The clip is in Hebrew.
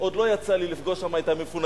עוד לא יצא לי לפגוש שם את המפונקים,